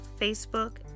Facebook